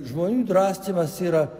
žmonių draskymas yra